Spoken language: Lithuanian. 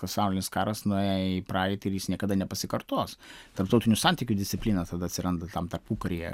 pasaulinis karas nuėjo į praeitį ir jis niekada nepasikartos tarptautinių santykių disciplina tada atsiranda tam tarpukaryje